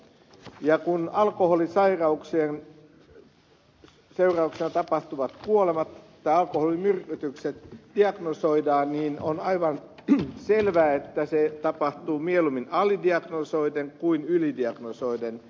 ja kun alkoholisairauksien seurauksena tapahtuvat kuolemat tai alkoholimyrkytykset diagnosoidaan niin on aivan selvää että se tapahtuu mieluummin alidiagnosoiden kuin ylidiagnosoiden